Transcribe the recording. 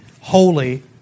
holy